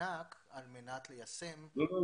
למענק על מנת ליישם --- לא,